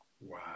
Wow